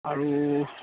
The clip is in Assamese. আৰু